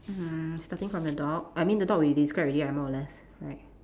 mm starting from the dog I mean the dog we describe already ah more or less right